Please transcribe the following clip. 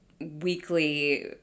weekly